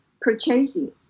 purchasing